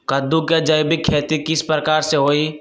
कददु के जैविक खेती किस प्रकार से होई?